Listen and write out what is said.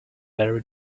very